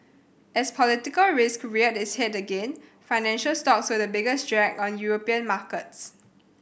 as political risk reared its head again financial stocks were the biggest drag on European markets